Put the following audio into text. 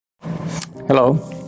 Hello